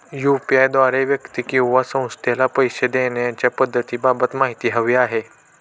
UPI द्वारे व्यक्ती किंवा संस्थेला पैसे देण्याच्या पद्धतींबाबत माहिती हवी आहे